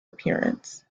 appearance